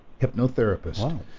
hypnotherapist